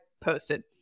posted